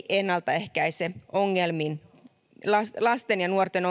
ennalta ehkäise lasten ja nuorten